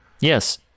yes